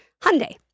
Hyundai